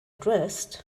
dressed